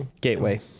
Gateway